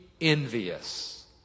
envious